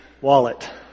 wallet